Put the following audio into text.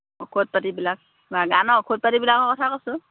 ঔষধপাতিবিলাক আমাৰ ঔষধপাতিবিলাকৰ কথা কৈছোঁ